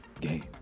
game